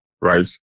right